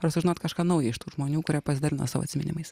ar sužinojot kažką nauja iš tų žmonių kurie pasidalino savo atsiminimais